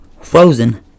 frozen